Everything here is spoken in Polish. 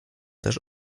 też